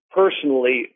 personally